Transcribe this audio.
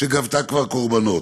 שגבתה כבר קורבנות.